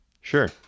Sure